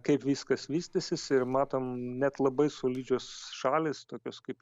kaip viskas vystysis ir matom net labai solidžios šalys tokios kaip